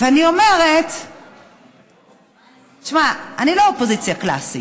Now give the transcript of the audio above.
ואני אומרת, תשמע, אני לא אופוזיציה קלאסית,